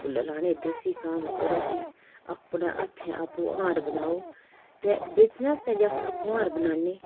फुल्ल लाने देसी कम्म करो जी अपने हत्थैं आपूं हार बनाओ ते बेचने आस्तै बी अस आपूं हार बनाने